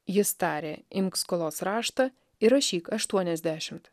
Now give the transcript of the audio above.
jis tarė imk skolos raštą ir rašyk aštuoniasdešimt